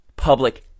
public